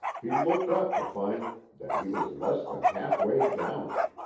he looked up to find that he was less than halfway down it.